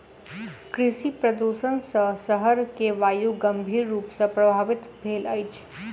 कृषि प्रदुषण सॅ शहर के वायु गंभीर रूप सॅ प्रभवित भेल अछि